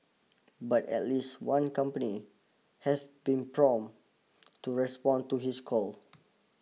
but at least one company have been prompt to respond to his call